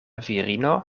virino